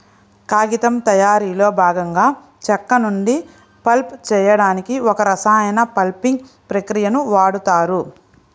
కాగితం తయారీలో భాగంగా చెక్క నుండి పల్ప్ చేయడానికి ఒక రసాయన పల్పింగ్ ప్రక్రియని వాడుతారు